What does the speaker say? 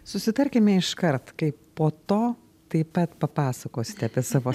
susitarkime iškart kai po to taip pat papasakosite apie savo